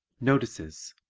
notices